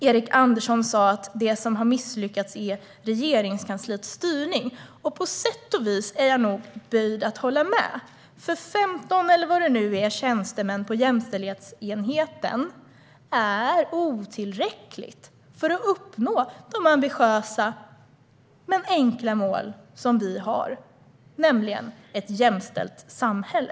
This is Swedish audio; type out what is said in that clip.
Erik Andersson sa att det som har misslyckats är Regeringskansliets styrning. På sätt och vis är jag böjd att hålla med, för femton - eller hur många de nu är - tjänstemän på jämställdhetsenheten är otillräckligt för att uppnå de ambitiösa men enkla mål som vi har, nämligen ett jämställt samhälle.